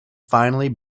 finally